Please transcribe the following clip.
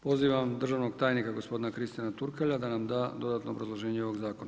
Pozivam državnog tajnika gospodina Kristijana Turkalja da nam da dodatno obrazloženje ovoga zakona.